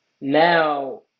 Now